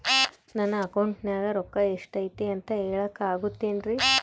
ನನ್ನ ಅಕೌಂಟಿನ್ಯಾಗ ರೊಕ್ಕ ಎಷ್ಟು ಐತಿ ಅಂತ ಹೇಳಕ ಆಗುತ್ತೆನ್ರಿ?